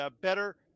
better